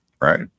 right